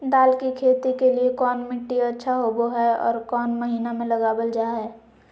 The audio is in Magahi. दाल की खेती के लिए कौन मिट्टी अच्छा होबो हाय और कौन महीना में लगाबल जा हाय?